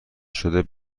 شده